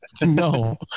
no